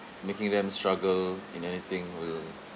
making them struggle in anything will